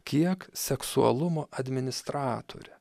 kiek seksualumo administratore